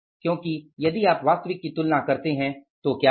क्योंकि यदि आप वास्तविक की तुलना करते हैं तो क्या होगा